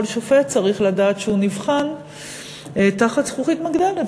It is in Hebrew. שופט צריך לדעת שהוא נבחן תחת זכוכית מגדלת,